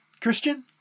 Christian